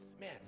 Man